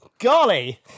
Golly